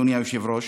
אדוני היושב-ראש: